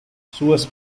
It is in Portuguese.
suas